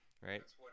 right